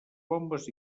bombes